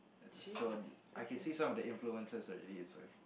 so I can see some of the influences already it's a